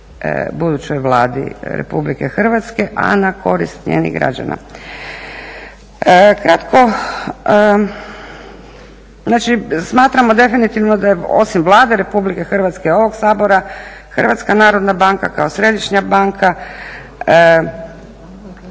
budućoj Vladi Republike Hrvatske, a na korist njenih građana. Kratko. Znači smatramo definitivno da je osim Vlade Republike Hrvatske, ovog Sabora Hrvatska narodna banka kao središnja banka